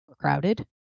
crowded